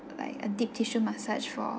like a deep tissue massage for